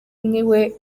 niwe